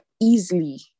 easily